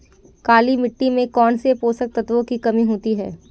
काली मिट्टी में कौनसे पोषक तत्वों की कमी होती है?